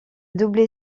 doublé